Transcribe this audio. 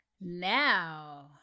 Now